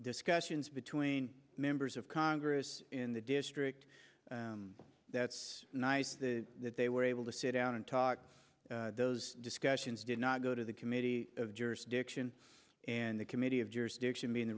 discussions between members of congress in the district that's nice that they were able to sit down and talk those discussions did not go to the committee of jurisdiction and the committee of jurisdiction being the